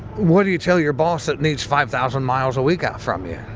what do you tell your boss that needs five thousand miles a week ah from you?